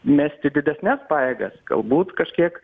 mesti didesnes pajėgas galbūt kažkiek